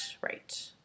right